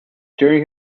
during